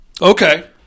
okay